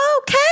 Okay